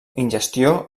ingestió